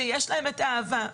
שיש להן את האהבה,